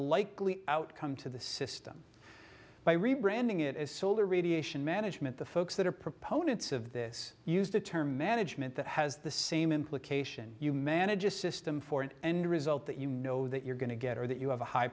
likely outcome to the system by rebranding it is solar radiation management the folks that are proponents of this use the term management that has the same implication you manage a system for an end result that you know that you're going to get or that you have a high